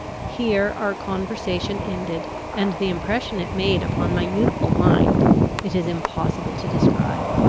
here our conversation ended and the impression it made upon my youthful mind it is impossible to describe.